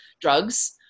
drugs